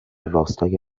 راستای